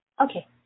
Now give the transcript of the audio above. Okay